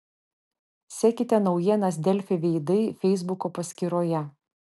sekite naujienas delfi veidai feisbuko paskyroje